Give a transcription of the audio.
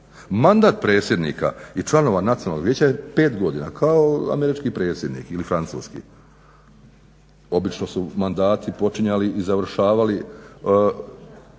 Mandat predsjednika i članova nacionalnog vijeća je 5 godina, kao američki predsjednik ili francuski. Obično su mandati počinjali i završavali